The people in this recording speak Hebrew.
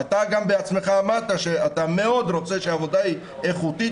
שאתה עצמך אמרת שאתה רוצה מאוד שהעבודה תהיה איכותית,